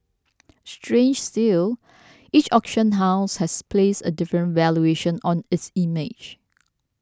strange still each auction house has placed a different valuation on its image